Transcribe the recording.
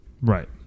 Right